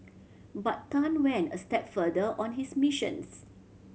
but Tan went a step further on his missions